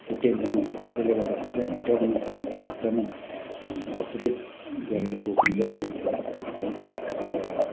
त्यो टेन्सनै हुँदैन त्यसले गर्दाखेरि चाहिँ हामीले डकुमेन्ट्स पनि एकदमै अपटुडेट गरेर बोक्नु जरुरी छ है अन्त